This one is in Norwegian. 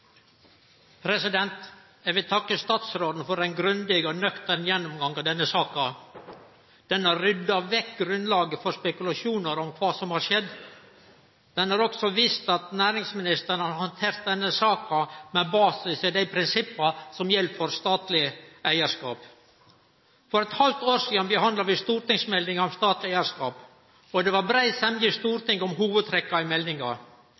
det. Eg vil takke statsråden for ein grundig og nøktern gjennomgang av denne saka. Den har rydda vekk grunnlaget for spekulasjonar om kva som har skjedd. Den har også vist at næringsministeren har handtert denne saka med basis i dei prinsippa som gjeld for statleg eigarskap. For eit halvt år sidan behandla vi stortingsmeldinga om statleg eigarskap, og det var brei semje i Stortinget om hovudtrekka i meldinga.